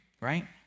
right